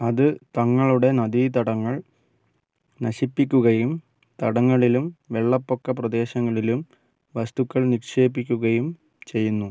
അത് തങ്ങളുടെ നദീതടങ്ങൾ നശിപ്പിക്കുകയും തടങ്ങളിലും വെള്ളപ്പൊക്ക പ്രദേശങ്ങളിലും വസ്തുക്കൾ നിക്ഷേപിക്കുകയും ചെയ്യുന്നു